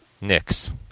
Knicks